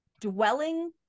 dwelling